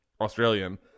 Australian